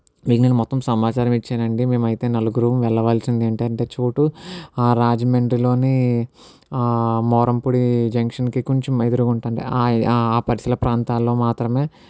మీకు నేను మొత్తం సమాచారం ఇచ్చానండి మేమయితే నలుగురం వెళ్ళవలసింది ఏంటంటే చోటు రాజమండ్రిలోని మోరంపూడి జంక్షన్కి కొంచెం ఎదురుగుంటానే ఆ ఆ పరిసర ప్రాంతాలలో మాత్రమే